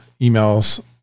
emails